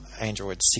Android